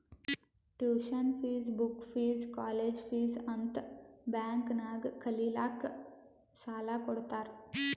tuition fees, book fees, college fees ಅಂತ್ bank ನಾಗ್ ಕಲಿಲ್ಲಾಕ್ಕ್ ಸಾಲಾ ಕೊಡ್ತಾರ್